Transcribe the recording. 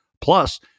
plus